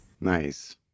Nice